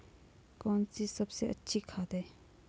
कौन सी सबसे अच्छी खाद है?